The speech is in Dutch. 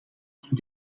aan